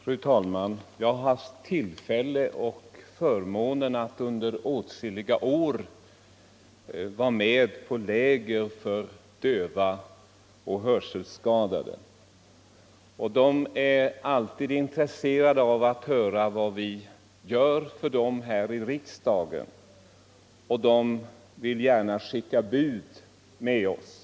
Fru talman! Jag har haft tillfället — och förmånen — att under åtskilliga år vara med på läger för döva och hörselskadade. De är alltid intresserade av vad vi gör för dem här i riksdagen, och de vill gärna skicka bud med oss.